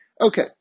Okay